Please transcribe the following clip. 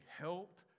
helped